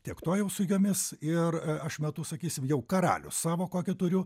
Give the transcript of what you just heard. tiek to jau su jomis ir aš metu sakysim jau karalius savo kokį turiu